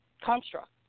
construct